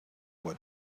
what